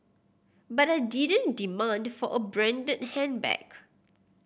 but I didn't demand for a branded handbag